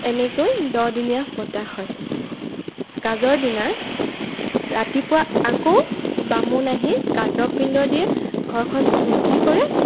এনেকৈ দহদিনীয়া পতা হয় কাজৰ দিনা ৰাতিপুৱা আকৌ বামুণ আহি কাজৰ পিণ্ড দিয়ে ঘৰখন শুদ্ধি কৰে